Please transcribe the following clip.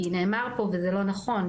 כי נאמר פה וזה לא נכון,